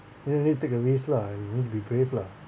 you know you need to take a risk lah you need to be brave lah